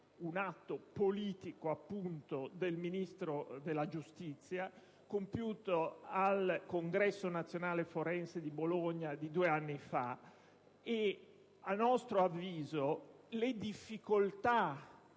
un atto politico del Ministro della giustizia, compiuto al Congresso nazionale forense di Bologna di due anni fa. A nostro avviso, le difficoltà